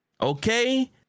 Okay